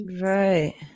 right